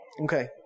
Okay